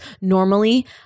normally